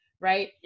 right